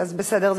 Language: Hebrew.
אז בסדר.